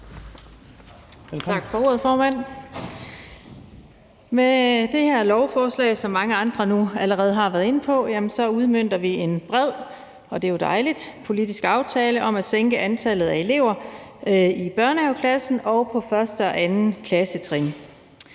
Med det her lovforslag, udmønter vi, som mange andre nu allerede har været inde på, en bred – og det er jo dejligt – politisk aftale om at sænke antallet af elever i børnehaveklassen og på 1. og 2. klassetrin